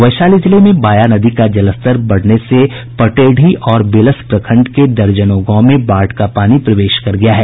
वैशाली जिले में बाया नदी का जलस्तर बढ़ने से पटेढ़ी और बेलस प्रखंड के दर्जनों गांव में बाढ़ का पानी प्रवेश कर गया है